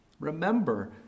remember